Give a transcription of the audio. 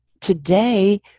today